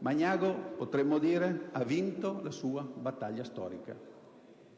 Magnago - potremmo dire - ha vinto la sua battaglia storica.